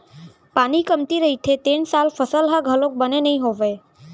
पानी कमती रहिथे तेन साल फसल ह घलोक बने नइ होवय